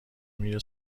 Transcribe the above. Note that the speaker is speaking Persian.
میره